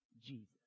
Jesus